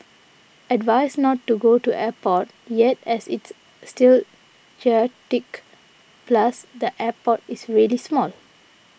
advised not to go to airport yet as it's still chaotic plus the airport is really small